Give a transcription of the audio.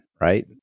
right